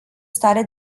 stare